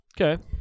Okay